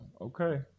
Okay